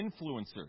influencers